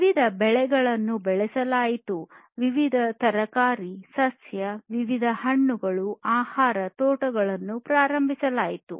ವಿವಿಧ ಬೆಳೆಗಳನ್ನು ಬೆಳೆಸಲಾಯಿತು ವಿವಿಧ ತರಕಾರಿ ಸಸ್ಯಗಳು ವಿವಿಧ ಹಣ್ಣುಗಳು ಆಹಾರ ತೋಟಗಳನ್ನು ಪ್ರಾರಂಭಿಸಲಾಯಿತು